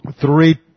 three